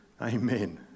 Amen